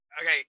okay